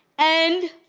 and